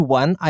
one